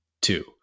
two